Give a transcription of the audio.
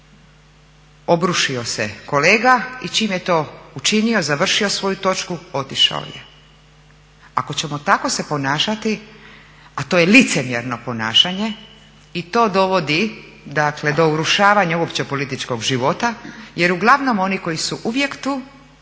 obrušio se kolega i čim je to učinio, završio svoju točku otišao je. Ako ćemo tako se ponašati, a to je licemjerno ponašanje i to dovodi, dakle do urušavanja uopće političkog života. Jer uglavnom oni koji su uvijek tu